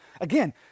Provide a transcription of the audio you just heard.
Again